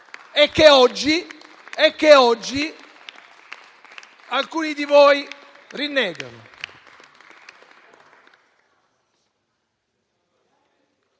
e che oggi alcuni di voi rinnegano.